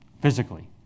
physically